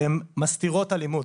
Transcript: והן מסתירות אלימות.